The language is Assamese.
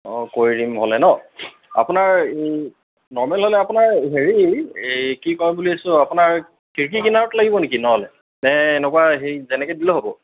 অঁ কৰি দিম অনলাইনত আপোনাৰ এই নৰ্মেল হ'লে আপোনাৰ হেৰি এই কি কম বুলি আছোঁ আপোনাৰ খিৰিকী কিনাৰত লাগিব নেকি নহ'লে নে এনেকুৱা হেৰি যেনেকৈ দিলে হ'ব